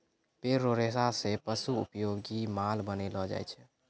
पेड़ रो रेशा से पशु उपयोगी माल बनैलो जाय छै